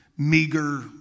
Meager